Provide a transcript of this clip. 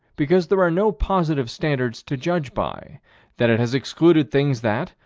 because there are no positive standards to judge by that it has excluded things that,